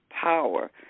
power